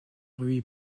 rui